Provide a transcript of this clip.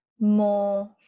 more